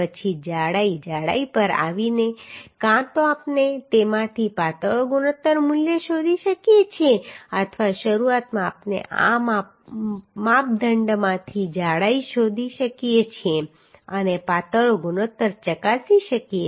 પછી જાડાઈ જાડાઈ પર આવીને કાં તો આપણે તેમાંથી પાતળો ગુણોત્તર મૂલ્ય શોધી શકીએ છીએ અથવા શરૂઆતમાં આપણે આ માપદંડમાંથી જાડાઈ શોધી શકીએ છીએ અને પાતળો ગુણોત્તર ચકાસી શકીએ છીએ